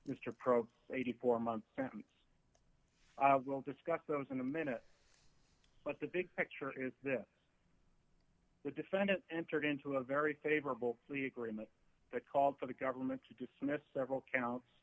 pro eighty four months we'll discuss those in a minute but the big picture is that the defendant entered into a very favorable agreement that called for the government to dismiss several counts